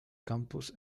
campus